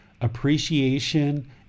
appreciation